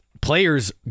Players